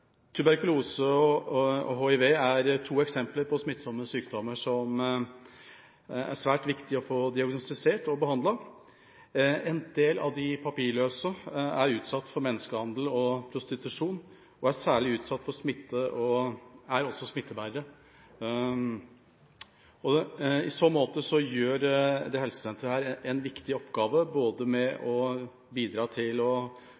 Tuberkulose og hiv er to eksempler på smittsomme sykdommer som det er svært viktig å få diagnostisert og behandlet. En del av de papirløse er utsatt for menneskehandel og prostitusjon, de er særlig utsatt for smitte og er også smittebærere. I så måte gjør dette helsesenteret en viktig oppgave, både ved å bidra til å